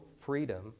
freedom